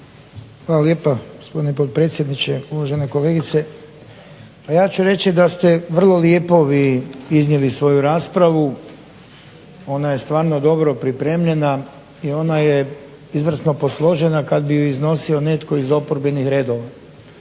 Hvala lijepa gospodine potpredsjedniče. Uvažena kolegice pa ja ću reći da ste vrlo lijepo vi iznijeli svoju raspravu, ona je stvarno dobro pripremljena i ona je izvrsno posložena kad bi je iznosio netko iz oporbenih redova.